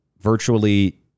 virtually